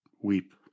weep